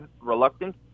reluctant